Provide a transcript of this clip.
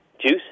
juice